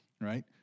right